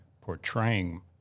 portraying